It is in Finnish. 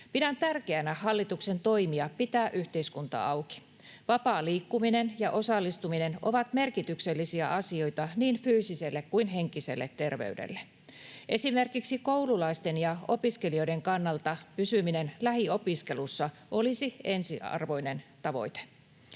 Pidän tärkeänä hallituksen toimia pitää yhteiskuntaa auki. Vapaa liikkuminen ja osallistuminen ovat merkityksellisiä asioita niin fyysiselle kuin henkiselle terveydelle. Esimerkiksi koululaisten ja opiskelijoiden kannalta pysyminen lähiopiskelussa olisi ensiarvoinen tavoite.